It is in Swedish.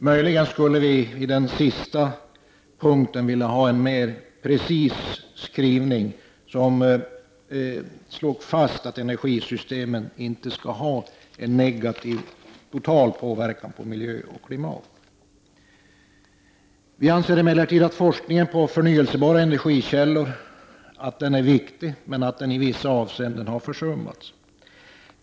Möjligen skulle vi på den sista punkten vilja ha en mer precis skrivning i vilken det slogs fast att energisystemen inte skall ha en total negativ påverkan på miljö och klimat. Vi anser emellertid att forskningen om förnybara energikällor är viktig men att den i vissa avseenden har försummats.